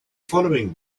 following